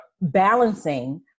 balancing